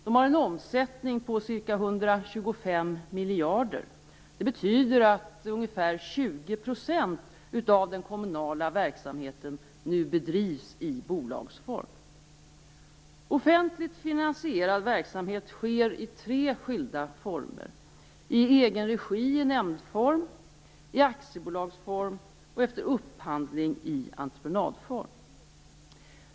De har en omsättning på ca 125 miljarder. Det betyder att ungefär 20 % av den kommunala verksamheten nu bedrivs i bolagsform. Offentligt finansierad verksamhet sker i tre skilda former: i egen regi i nämndform, i aktiebolagsform och efter upphandling i entreprenadform.